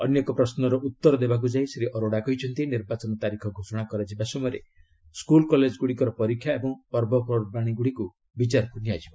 ଅନ୍ୟ ଏକ ପ୍ରଶ୍ନର ଉତ୍ତର ଦେବାକୁ ଯାଇ ଶ୍ରୀ ଅରୋଡା କହିଛନ୍ତି ନିର୍ବାଚନ ତାରିଖ ଘୋଷଣା କରାଯିବା ସମୟରେ ସ୍କୁଲ କଲେଜ୍ ଗୁଡ଼ିକର ପରୀକ୍ଷା ଏବଂ ପର୍ବପର୍ବାଣି ଗୁଡ଼ିକୁ ବିଚାରକୁ ନିଆଯିବ